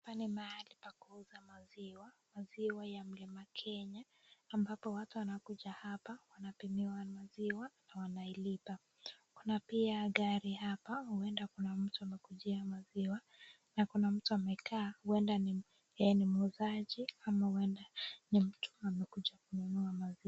Hapa ni mahali pa kuuza maziwa, maziwa ya mlima Kenya ambapo watu wanakuja hapa, wanapimiwa maziwa na wanailipa. Kuna pia gari hapa huenda kuna mtu amelujia maziwa, na Kuna mtu amekaa huenda ye ni mwuzaji ama huenda ni mtu tu amekuja kununua maziwa